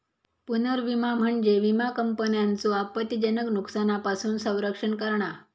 पुनर्विमा म्हणजे विमा कंपन्यांचो आपत्तीजनक नुकसानापासून संरक्षण करणा